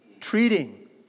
treating